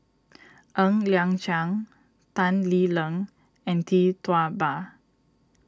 Ng Liang Chiang Tan Lee Leng and Tee Tua Ba